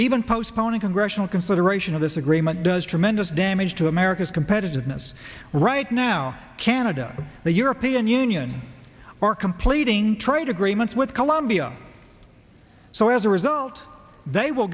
even postponing congressional consideration of this agreement does tremendous damage to america's competitiveness right now canada the european union or completing trade agreements with colombia so as a result they will